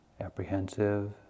apprehensive